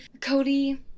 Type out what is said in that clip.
Cody